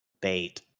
Bait